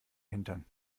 hintern